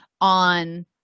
on